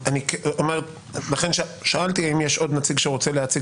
לכן שאלתי אם יש עוד נציג שרוצה להציג